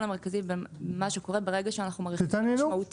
המרכזי במה שקורה ברגע שאנחנו מרחיבים משמעותית.